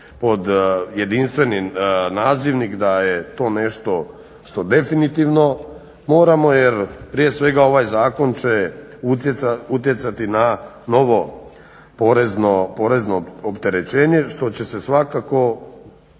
pod jedinstveni nazivnik da je to nešto što definitivno moramo jer prije svega ovaj zakon će utjecati na novo porezno opterećenje što će se svakako